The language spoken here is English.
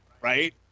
Right